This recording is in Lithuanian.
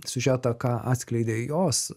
siužetą ką atskleidė jos